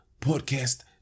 Podcast